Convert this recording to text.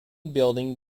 building